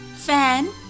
Fan